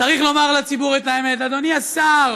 צריך לומר לציבור את האמת, אדוני השר,